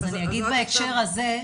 אז אני אגיד בהקשר הזה,